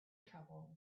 trouble